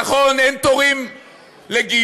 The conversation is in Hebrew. נכון, אין תורים לגיור.